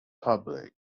public